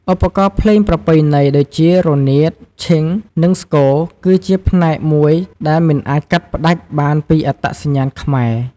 ឧបករណ៍ភ្លេងប្រពៃណីដូចជា រនាត ឈិង និងស្គរ គឺជាផ្នែកមួយដែលមិនអាចកាត់ផ្ដាច់បានពីអត្តសញ្ញាណខ្មែរ។